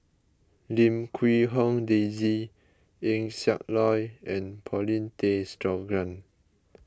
Lim Quee Hong Daisy Eng Siak Loy and Paulin Tay Straughan